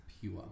pure